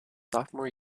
sophomore